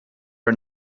are